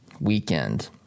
weekend